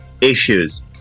issues